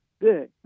Good